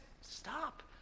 Stop